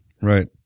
right